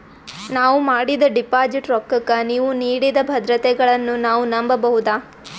ನಾವು ಮಾಡಿದ ಡಿಪಾಜಿಟ್ ರೊಕ್ಕಕ್ಕ ನೀವು ನೀಡಿದ ಭದ್ರತೆಗಳನ್ನು ನಾವು ನಂಬಬಹುದಾ?